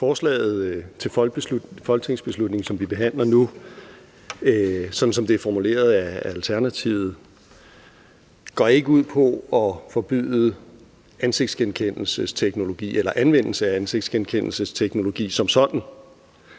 Forslaget til folketingsbeslutning, som vi behandler nu, går, sådan som det er formuleret af Alternativet, ikke ud på at forbyde ansigtsgenkendelsesteknologi eller anvendelse af ansigtsgenkendelsesteknologi som sådan.